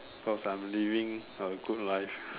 cause I'm living a good life